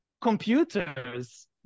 computers